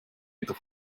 wieder